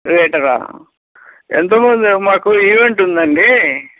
వెయిటరా ఎంతమంది మాకు ఈవెంట్ ఉందండి